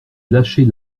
lâcher